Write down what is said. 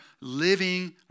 living